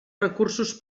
recursos